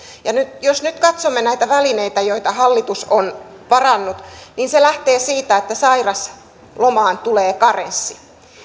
jos nyt katsomme näitä välineitä joita hallitus on varannut niin se lähtee siitä että sairaslomaan tulee karenssi